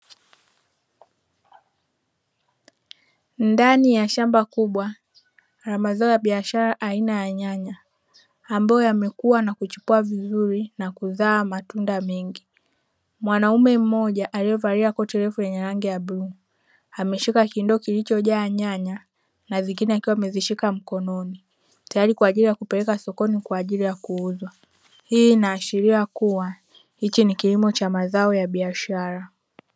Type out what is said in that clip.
Ndani ya shamba kubwa la mazao ya biashara aina ya nyanya, ambayo yamekua na kuchipua vizuri na kuzaa matunda mengi. Mwanaume mmoja aliyevalia koti refu lenye rangi ya bluu, ameshika kindoo kilichojaa nyanya na zingine akiwa amezishika mkononi kwa ajili ya kupelekwa sokoni na kuuzwa. Hii inaashiria kuwa hiki ni kilimo cha mazao ya biashara.